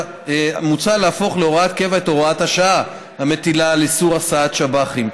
מוצע להפוך להוראת קבע את הוראת השעה המטילה איסור על הסעת שב"חים,